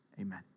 Amen